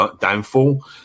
downfall